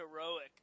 heroic